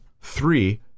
Three